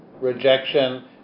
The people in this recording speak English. rejection